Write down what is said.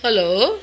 hello